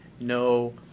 No